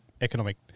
economic